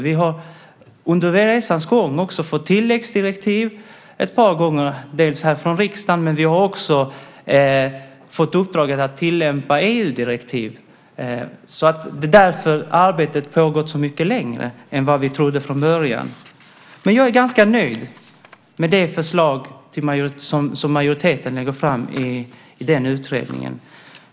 Vi har under resans gång också fått tilläggsdirektiv ett par gånger, bland annat från riksdagen, men vi har också fått uppdraget att tillämpa EU-direktiv. Det är därför arbetet har pågått så mycket längre än vi trodde från början. Men jag är ganska nöjd med det förslag som majoriteten lägger fram i den utredningen.